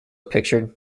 pictured